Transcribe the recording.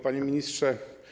Panie Ministrze!